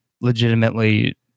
legitimately